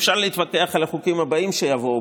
אפשר להתווכח על החוקים הבאים שיבואו,